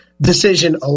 decision